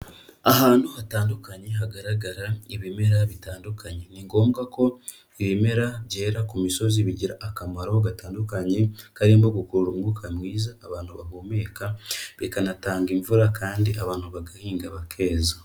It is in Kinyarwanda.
Ahantu hatandukanye hagaragara ibimera bitandukanye, ni ngombwa ko ibimera byera ku misozi bigira akamaro gatandukanye, karimo gukurura umwuka mwiza abantu bahumeka, bikanatanga imvura kandi abantu bagahinga bakeza.